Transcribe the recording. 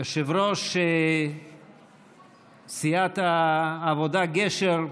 יושב-ראש סיעת העבודה-גשר,